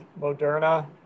Moderna